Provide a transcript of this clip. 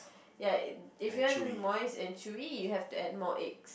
ya if you want moist and chewy you have to add more egg